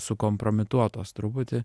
sukompromituotos truputį